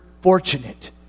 fortunate